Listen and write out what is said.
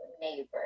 neighbor